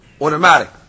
automatic